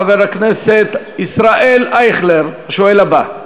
חבר הכנסת ישראל אייכלר, השואל הבא,